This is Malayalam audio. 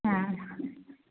ആ